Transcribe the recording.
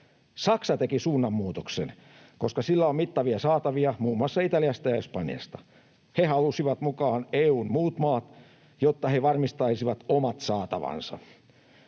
Saksa teki suunnanmuutoksen, koska sillä on mittavia saatavia muun muassa Italiasta ja Espanjasta. Se halusi mukaan EU:n muut maat, jotta se varmistaisi omat saatavansa.